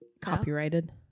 Copyrighted